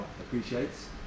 appreciates